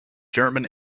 german